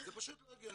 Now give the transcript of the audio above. זה פשוט לא הגיוני.